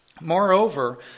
Moreover